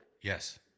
Yes